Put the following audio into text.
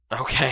Okay